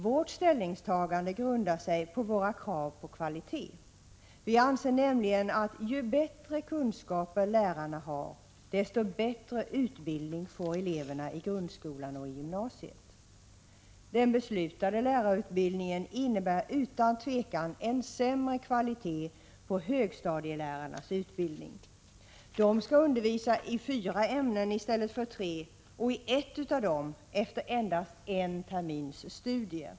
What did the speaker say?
Vårt ställningstagande grundar sig på våra krav på kvalitet. Vi anser nämligen, att ju bättre kunskaper lärarna har, desto bättre utbildning får eleverna i grundskolan och gymnasiet. Den beslutade lärarutbildningen innebär utan tvivel en sämre kvalitet på högstadielärarnas utbildning. De skall undervisa i fyra ämnen i stället för i tre, i ett av dem efter endast en termins studier.